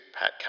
Pat